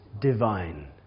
divine